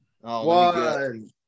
One